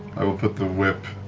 i will put the whip